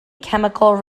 chemical